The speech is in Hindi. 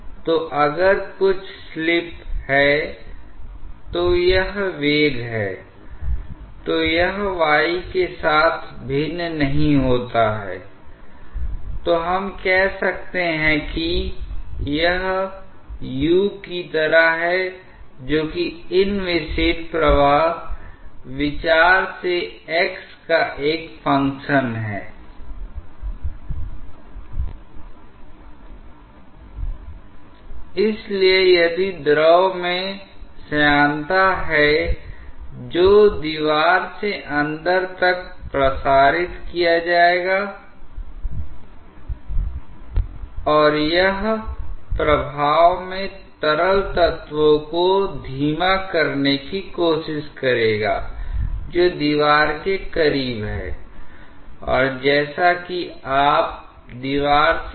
इसलिए प्रभावी रूप से जैसे कि कुछ ऊर्जा इन वोर्टेक्स के रोटेशन को बनाए रखने के लिए मुख्य प्रवाह से ले ली जाती है I तो प्रभावी रूप से मुख्य प्रवाह की ऊर्जा का एक प्रकार की हानि हो जाती है और यह हानि इस प्रवाह पृथक्करण के कारण होती हैI और यह प्रवाह पृथक्करण प्रभाव विसारक कोण में और ज्यादा मजबूत होता हैI कारण यह है कि यह जितना ज्यादा होगा इतना ज्यादा तीव्र प्रतिकूल दबाव प्रवणता होगी क्योंकि किसी एक दी हुई लंबाई पर जितना ज्यादा तीव्र दबाव में वृद्धि होगी लंबाई उतनी ही कम हो जाएगी I तो यह घर्षण प्रतिरोध की आवश्यकता के साथ परस्पर विरोधी बात हैI इसलिए हमने देखा है कि यदि आप इस की लंबाई बढ़ाते हैं या शायद इस कोण को कम करते हैं तो यह प्रभाव कम होगा